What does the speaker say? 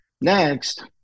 Next